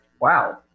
wow